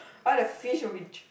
why the fish will be ju~